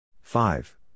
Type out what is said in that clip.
Five